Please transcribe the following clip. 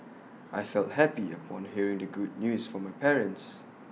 I felt happy upon hearing the good news from my parents